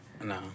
No